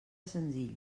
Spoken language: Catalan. senzill